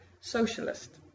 socialist